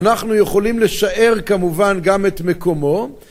אנחנו יכולים לשאר כמובן גם את מקומו